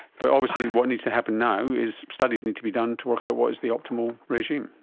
but obviously what needs to happen now is studies need to be done to work out what is the optimal regime.